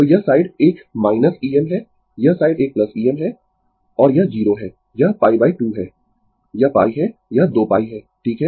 तो यह साइड एक माइनस Em है यह साइड एक Em है और यह 0 है यह π 2 है यह π है यह 2 π है ठीक है